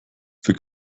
für